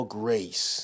grace